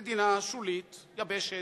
מדינה שולית, יבשת,